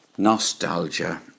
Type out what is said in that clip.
nostalgia